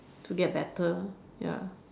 to get better ya